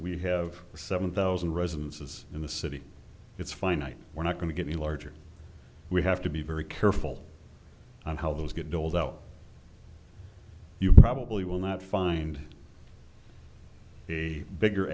we have seven thousand residences in the city it's finite we're not going to get a larger we have to be very careful on how those get doled out you probably will not find a bigger